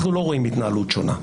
אנחנו לא רואים התנהלות שונה.